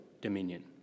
dominion